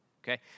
Okay